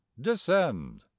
descend